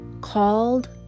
called